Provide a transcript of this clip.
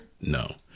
No